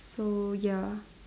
so ya